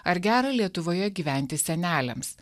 ar gera lietuvoje gyventi seneliams